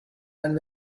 and